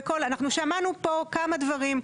אנחנו שמענו פה כמה כמה דברים.